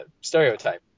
stereotype